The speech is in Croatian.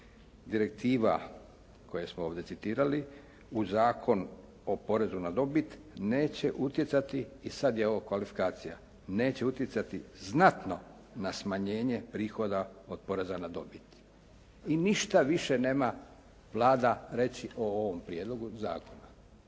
direktiva koje smo ovdje citirali uz Zakon o porezu na dobit neće utjecati» i sad je ovo kvalifikacija «neće utjecati znatno na smanjenje prihoda od poreza na dobit». I ništa više nema Vlada reći o ovom prijedlogu zakona.